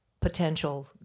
potential